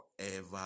forever